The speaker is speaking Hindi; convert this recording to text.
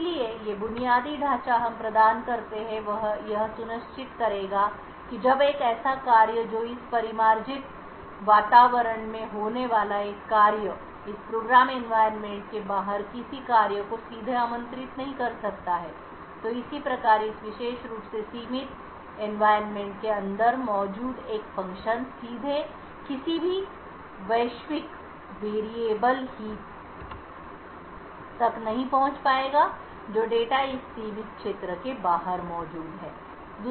इसलिए जो बुनियादी ढांचा हम प्रदान करते हैं वह यह सुनिश्चित करेगा कि जब एक ऐसा कार्य जो इस परिमार्जित वातावरण में होने वाला एक कार्य इस वातावरण के बाहर किसी कार्य को सीधे आमंत्रित नहीं कर सकता है तो इसी प्रकार इस विशेष रूप से सीमित वातावरण के अंदर मौजूद एक function सीधे किसी भी वैश्विक variable heap ढेर तक नहीं पहुंच पाएगा जो डेटा इस सीमित क्षेत्र के बाहर मौजूद है